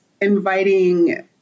inviting